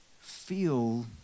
feel